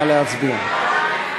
נא להצביע.